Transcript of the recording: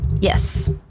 Yes